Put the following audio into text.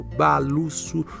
balusu